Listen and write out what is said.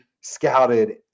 scouted